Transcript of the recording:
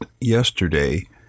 yesterday